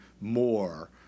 more